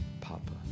Papa